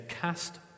Cast